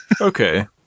Okay